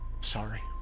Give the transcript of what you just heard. Sorry